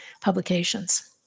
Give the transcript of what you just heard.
publications